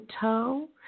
toe